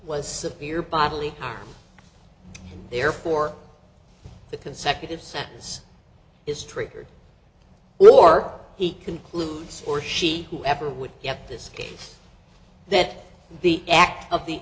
was severe bodily harm therefore the consecutive sentence is triggered or he concludes or she whoever would get this case that the act of the